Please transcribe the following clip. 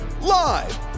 live